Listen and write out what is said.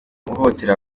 uhohotera